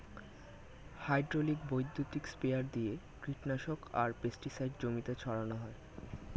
hydraulic বৈদ্যুতিক sprayer দিয়ে কীটনাশক আর পেস্টিসাইড জমিতে ছড়ান হয়